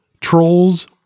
Trolls